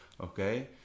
okay